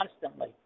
constantly